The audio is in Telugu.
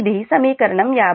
ఇది సమీకరణం 52